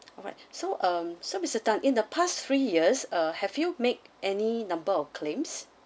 alright so um so mister tan in the past three years uh have you make any number of claims